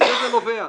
מזה זה נובע.